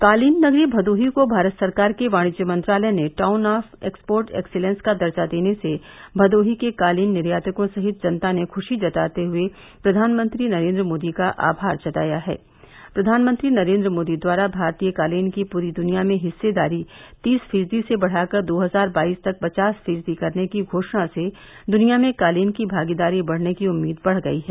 कालीन नगरी भदोही को भारत सरकार के वाणिज्य मंत्रालय ने टाउन ऑफ एक्सपोर्ट एक्सेलंस का दर्जा देने से भदोही के कालीन निर्यातको सहित जनता ने खुशी जताते हुए प्रधानमंत्री नरेन्द्र मोदी का आभार जताया है प्रधानमंत्री नरेंद्र मोदी द्वारा भारतीय कालीन की पूरी दुनिया मे हिस्सेदारी तीस फीसदी से बढ़ाकर दो हजार बाईस तक पचास फीसदी करने की घोषणा से दुनिया में कालीन की भागीदारी बढ़ने की उम्मीद बढ़ गई है